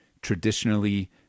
traditionally